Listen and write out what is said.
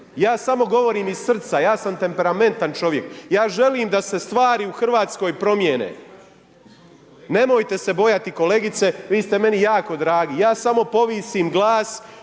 ja samo govorim iz srca, ja sam temperamentan čovjek, ja želim da se stvari u Hrvatskoj promijene. Nemojte se bojati kolegice, vi ste meni jako dragi, ja samo povisim glas